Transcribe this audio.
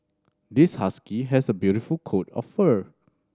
this husky has a beautiful coat of fur